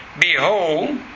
Behold